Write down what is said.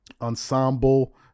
ensemble